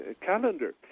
calendar